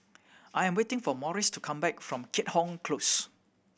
I'm waiting for Morris to come back from Keat Hong Close